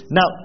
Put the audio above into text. Now